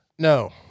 No